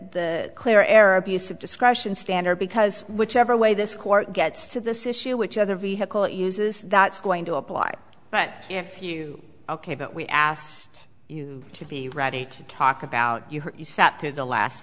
the clear error abuse of discretion standard because whichever way this court gets to this issue which other vehicle uses that's going to apply but if you ok but we asked you to be ready to talk about you you sat through the last